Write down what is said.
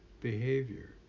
behavior